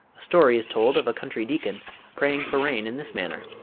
a story is told of a country deacon praying for rain in this manner